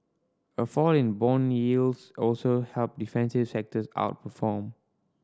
a fall in bond yields also helped defensive sectors outperform